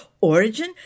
origin